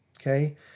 Okay